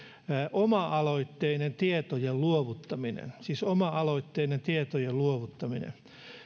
oma aloitteinen tietojen luovuttaminen siis oma aloitteinen tietojen luovuttaminen myöskään